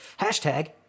Hashtag